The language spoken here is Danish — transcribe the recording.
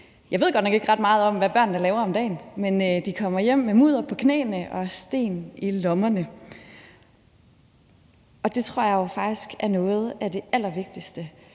Jeg ved godt nok ikke ret meget om, hvad børnene laver om dagen, men de kommer hjem med mudder på knæene og sten i lommerne, og det tror jeg jo faktisk er noget af det allervigtigste.